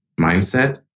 mindset